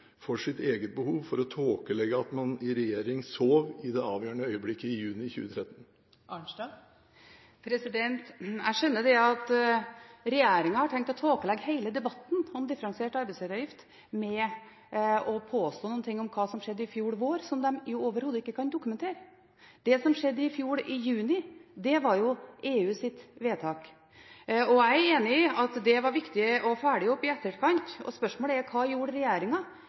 for sitt eget behov, for å tåkelegge at man i regjering sov i det avgjørende øyeblikket i juni 2013? Jeg skjønner at regjeringen har tenkt å tåkelegge hele debatten om differensiert arbeidsgiveravgift med å påstå noen ting om hva som skjedde i fjor vår, som de overhodet ikke kan dokumentere. Det som skjedde i juni i fjor, var jo EUs vedtak. Jeg er enig i at det var viktig å følge opp i etterkant, og spørsmålet er: Hva gjorde